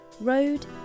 Road